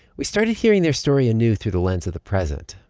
we started hearing their story anew through the lens of the present.